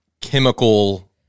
chemical